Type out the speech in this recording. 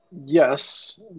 Yes